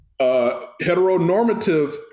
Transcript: heteronormative